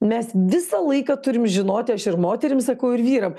mes visą laiką turim žinoti aš ir moterim sakau ir vyram